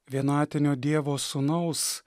vienatinio dievo sūnaus